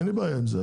אין לי בעיה עם זה,